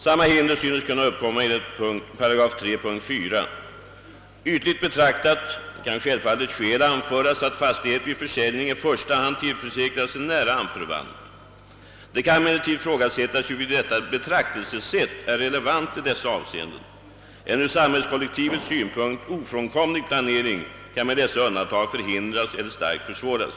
Samma hinder synes kunna uppkomma enligt § 3 punkt 4. Ytligt betraktat kan självfallet skäl anföras för att fastighet vid försäljning i första hand tillförsäkras en nära anförvant. Det kan emellertid ifrågasättas huruvida detta betraktelsesätt är relevant i dessa avseenden. En ur samhällskollektivets synpunkt ofrånkomlig planering kan med dessa undantag förhindras eller starkt försvåras.